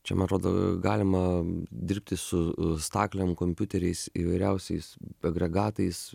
čia man atrodo galima dirbti su staklėm kompiuteriais įvairiausiais agregatais